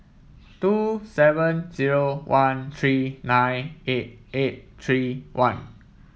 two seven zero one three nine eight eight three one